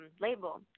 label